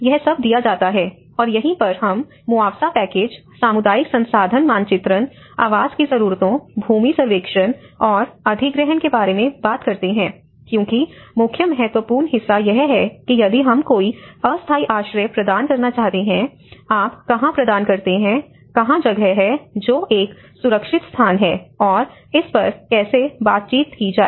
यह सब दिया जाता है और यहीं पर हम मुआवजा पैकेज सामुदायिक संसाधन मानचित्रण आवास की जरूरतों भूमि सर्वेक्षण और अधिग्रहण के बारे में बात करते हैं क्योंकि मुख्य महत्वपूर्ण हिस्सा यह है कि यदि हम कोई अस्थायी आश्रय प्रदान करना चाहते हैं आप कहां प्रदान करते हैं कहां जगह है जो एक सुरक्षित स्थान है और इस पर कैसे बातचीत की जाए